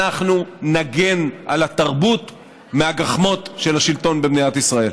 אנחנו נגן על התרבות מהגחמות של השלטון במדינת ישראל.